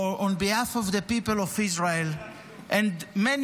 on behalf of the people of Israel and many